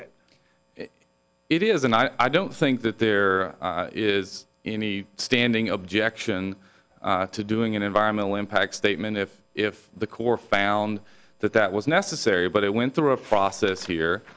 it it isn't i don't think that there is any standing objection to doing an environmental impact statement if if the corps found that that was necessary but it went through a process